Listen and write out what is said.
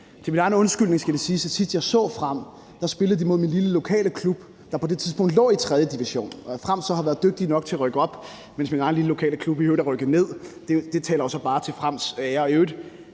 Til min egen undskyldning skal jeg sige, at sidst jeg så Frem spille, spillede de imod min lille lokale klub, der på det tidspunkt lå i tredje division. At Frem så har været dygtige nok til at rykke op, mens min egen lille lokale klub i øvrigt er rykket ned, taler jo så bare til Frems ære.